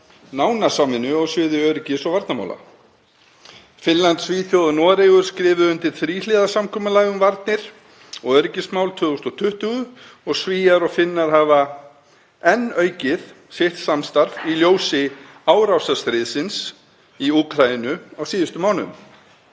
nána samvinnu á sviði öryggis- og varnarmála. Finnland, Svíþjóð og Noregur skrifuðu undir þríhliða samkomulag um varnir og öryggismál 2020 og Svíar og Finnar hafa enn aukið sitt samstarf í ljósi árásarstríðsins í Úkraínu á síðustu mánuðum.